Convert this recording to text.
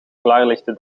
klaarlichte